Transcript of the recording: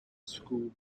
school